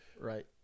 right